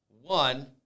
One